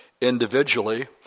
individually